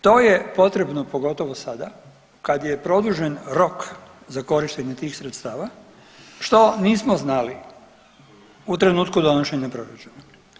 To je potrebno pogotovo sada kad je produžen rok za korištenje tih sredstava što nismo znali u trenutku donošenja proračuna.